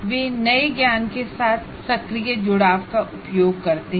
वे नए ज्ञान के साथ सक्रिय जुड़ाव रखते हैं